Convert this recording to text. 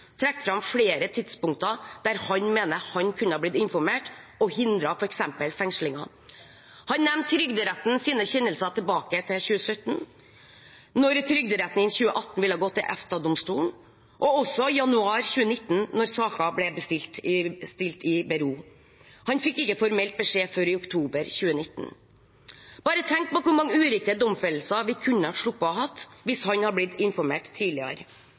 trekke fram flere tidspunkt der han mener han kunne blitt informert og hindret f.eks. fengslinger. Han nevnte Trygderettens kjennelser tilbake til 2017, da Trygderetten i 2018 ville gå til EFTA-domstolen, og også januar 2019, da saker ble stilt i bero. Han fikk ikke formelt beskjed før i oktober 2019. Bare tenk på hvor mange uriktige domfellelser vi kunne sluppet å ha hvis han hadde blitt informert tidligere.